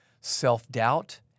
self-doubt